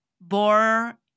Bore